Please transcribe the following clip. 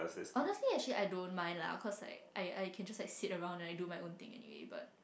honestly actually I don't mind lah cause I I I can just like sit around and I do my own thing anyway